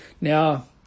Now